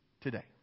today